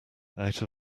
out